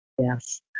Yes